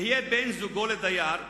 יהיה בן-זוגו לדייר,